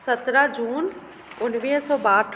सत्रहं जून उणिवीह सौ ॿाहठि